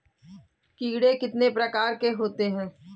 कीड़े कितने प्रकार के होते हैं?